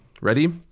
ready